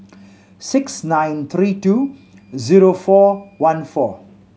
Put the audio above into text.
six nine three two zero four one four